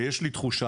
ויש לי תחושה,